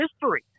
history